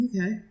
Okay